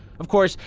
of course,